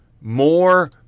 more